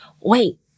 Wait